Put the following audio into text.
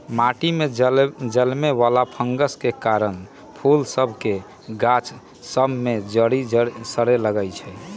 माटि में जलमे वला फंगस के कारन फूल सभ के गाछ सभ में जरी सरे लगइ छै